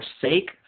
forsake